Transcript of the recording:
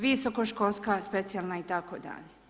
Visokoškolska, specijalna, itd.